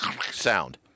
sound